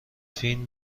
فین